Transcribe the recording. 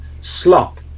slop